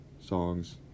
songs